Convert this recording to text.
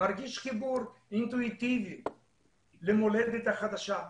מרגיש חיבור אינטואיטיבי למולדת החדשה,